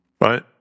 Right